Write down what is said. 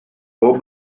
bob